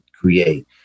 create